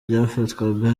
byafatwaga